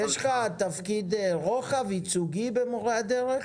יש לך תפקיד רוחב ייצוגי בקרב מורי הדרך?